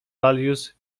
values